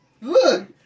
look